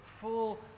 full